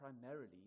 primarily